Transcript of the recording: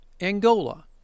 Angola